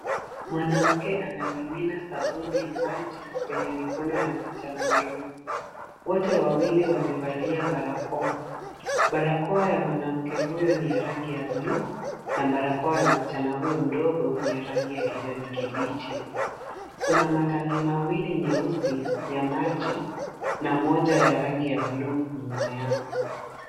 Mwanamke anamimina sabuni ya maji kwenye mikono ya kijana mdogo. Wote wawili wamevalia barakoa. Barakoa ya mwanamke huyo ni ya rangi ya bluu na barakoa ya msichana huyo mdogo ni ya rangi ya kijani kibichi. Kuna matangi mawili nyeusi ya maji na moja ya rangi ya bluu nyuma yao.